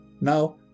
Now